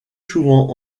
souvent